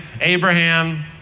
Abraham